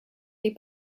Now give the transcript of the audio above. les